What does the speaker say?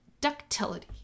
ductility